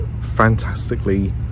fantastically